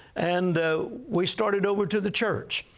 and we started over to the church.